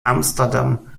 amsterdam